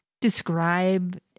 describe